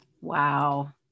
Wow